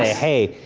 hey,